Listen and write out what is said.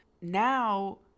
Now